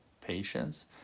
patience